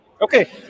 Okay